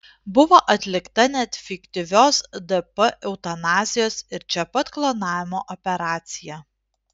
buvo atlikta net fiktyvios dp eutanazijos ir čia pat klonavimo operacija